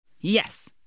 Yes